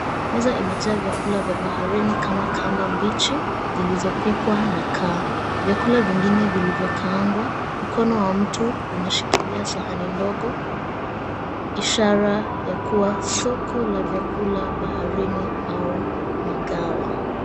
Meza imejaa vyakula vya baharini kama kamba mbichi zilizopikwa na kaa vyakula vingine vilivyokaangwa. Mkono wa mtu unashikilia sahani ndogo ishara kuwa soko la vyakula baharini au magawa.